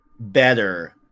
better